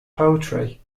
poetry